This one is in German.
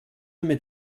mit